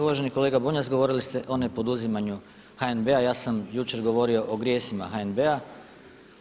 Uvaženi kolega Bunjac govorili ste o nepoduzimanju HNB-a, ja sam jučer govorio o grijesima HNB-a.